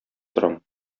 торам